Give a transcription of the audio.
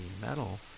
metal